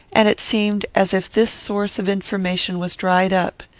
and it seemed as if this source of information was dried up.